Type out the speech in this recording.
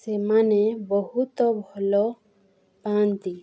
ସେମାନେ ବହୁତ ଭଲପାଆନ୍ତି